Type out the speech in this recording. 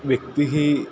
व्यक्तिः